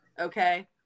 okay